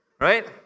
Right